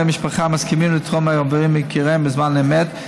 רק 50% מקרובי המשפחה מסכימים לתרום איברים מיקיריהם בזמן אמת,